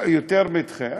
יותר ממכם.